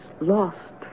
lost